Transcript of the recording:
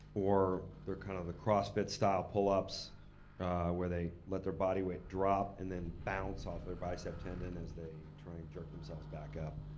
or they're kind of the crossfit style pull ups where they let their body weight drop and then bounce off their bicep tendon as they try and jerk themselves back up,